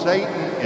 Satan